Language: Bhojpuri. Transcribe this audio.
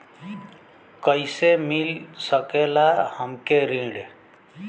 कइसे मिल सकेला हमके ऋण?